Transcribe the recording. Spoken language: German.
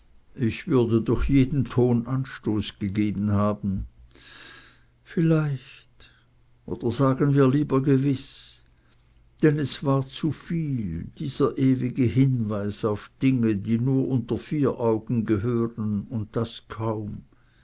ich würde durch jeden ton anstoß gegeben haben vielleicht oder sagen wir lieber gewiß denn es war zu viel dieser ewige hinweis auf dinge die nur unter vier augen gehören und das kaum